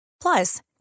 Plus